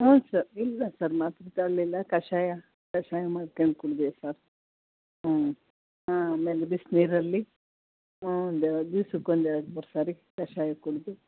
ಹ್ಞೂ ಸರ್ ಇಲ್ಲ ಸರ್ ಮಾತ್ರೆ ತರಲಿಲ್ಲ ಕಷಾಯ ಕಷಾಯ ಮಾಡ್ಕ್ಯಂಡು ಕುಡಿದೆ ಸರ್ ಹ್ಞೂ ಹಾಂ ಆಮೇಲೆ ಬಿಸ್ನೀರಲ್ಲಿ ಒಂದು ದಿವ್ಸಕ್ಕೆ ಒಂದು ಎರಡು ಮೂರು ಸಾರಿ ಕಷಾಯ ಕುಡಿದು